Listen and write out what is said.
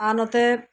ᱟᱨ ᱱᱚᱛᱮ